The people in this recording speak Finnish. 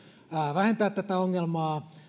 vähentää tätä ongelmaa